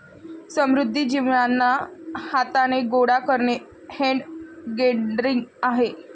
समुद्री जीवांना हाथाने गोडा करणे हैंड गैदरिंग आहे